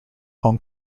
hong